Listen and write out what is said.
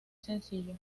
sencillo